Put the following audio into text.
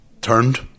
turned